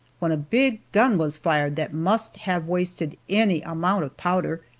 when a big gun was fired that must have wasted any amount of powder,